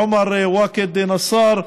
עומר ואכד נסאר,